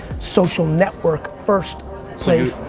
social network-first place.